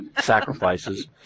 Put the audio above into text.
sacrifices